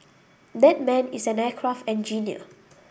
that man is an aircraft engineer